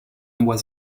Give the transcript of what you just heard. was